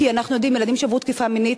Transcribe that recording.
כי אנחנו יודעים, ילדים שעברו תקיפה מינית,